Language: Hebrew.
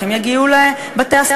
איך הם יגיעו לבית-הספר?